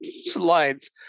slides